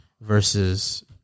versus